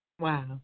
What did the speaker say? Wow